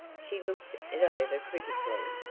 she looked it over critically,